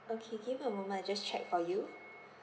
okay give me a moment I just check for you